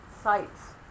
sites